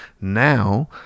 now